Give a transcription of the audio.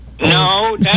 No